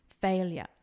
failure